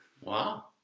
Wow